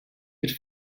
could